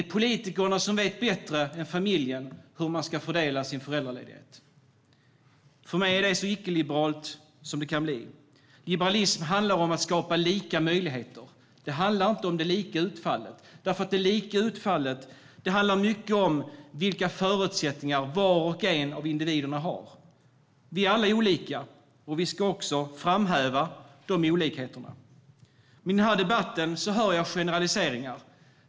Politikerna vet bättre än familjen hur föräldraledigheten ska fördelas. För mig är det så icke-liberalt som det kan bli. Liberalism handlar om att skapa lika möjligheter. Det handlar inte om det lika utfallet, därför att det lika utfallet handlar mycket om vilka förutsättningar var och en av individerna har. Vi är alla olika, och vi ska också framhäva de olikheterna. Men i den här debatten hör jag generaliseringar.